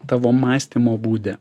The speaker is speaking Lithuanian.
tavo mąstymo būde